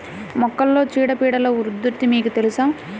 మొక్కలలో చీడపీడల ఉధృతి మీకు తెలుసా?